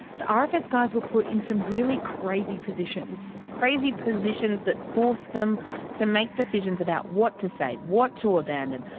the rfs guys were put in some really crazy positions. crazy positions that forced them to make decisions about what to save, what to abandon,